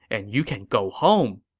and you can go home.